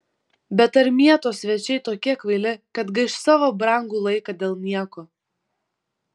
bet ar mieto svečiai tokie kvaili kad gaiš savo brangų laiką dėl nieko